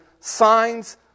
signs